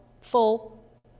full